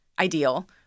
ideal